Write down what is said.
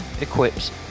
equips